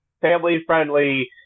family-friendly